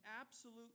absolute